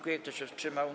Kto się wstrzymał?